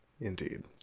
Indeed